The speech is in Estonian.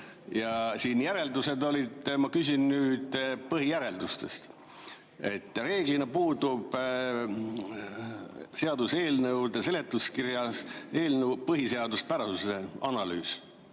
olid järeldused ja ma küsin nüüd põhijärelduste [kohta]. Reeglina puudub seaduseelnõude seletuskirjas eelnõu põhiseaduspärasuse analüüs.